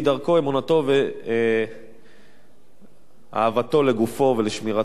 לפי דרכו, אמונתו ואהבתו לגופו ולשמירתו.